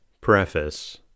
Preface